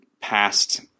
past